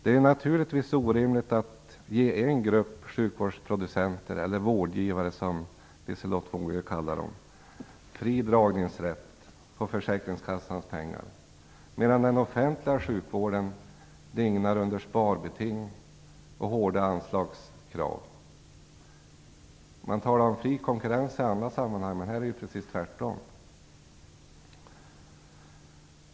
Det är naturligtvis orimligt att ge en grupp sjukvårdsproducenter, eller vårdgivare som Liselotte Wågö kallar dem, fri dragningsrätt på försäkringskassans pengar, medan den offentliga sjukvården dignar under sparbeting och hårda anslagskrav. Man talar om fri konkurrens i andra sammanhang, men här är det precis tvärtom.